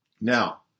Now